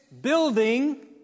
building